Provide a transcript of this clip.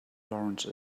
laurence